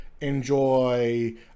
enjoy